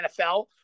NFL